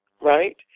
right